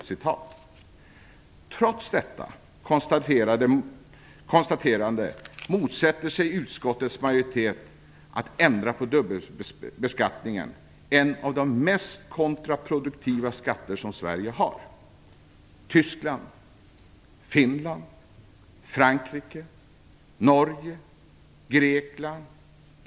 Trots detta konstaterande motsätter sig utskottets majoritet att ändra på dubbelbeskattningen, en av de mest kontraproduktiva skatter som Sverige har.